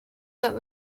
that